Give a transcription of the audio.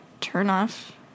turn-off